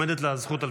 עומדת לה הזכות,